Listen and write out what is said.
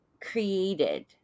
created